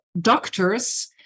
doctors